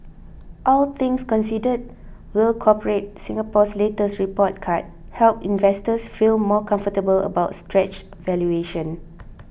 all things considered will Corporate Singapore's latest report card help investors feel more comfortable about stretched valuations